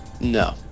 no